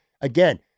Again